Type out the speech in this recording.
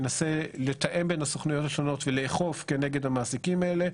שינסה לתאם בין הסוכנויות השונות ולאכוף כנגד המעסיקים האלה,